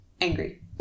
Angry